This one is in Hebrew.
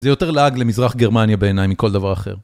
זה יותר לעג למזרח גרמניה בעיניי מכל דבר אחר.